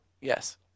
yes